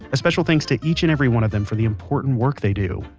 a special thanks to each and every one of them for the important work they do.